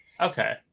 Okay